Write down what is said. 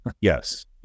Yes